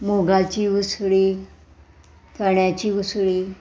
मुगाची उसळी चण्याची उसळी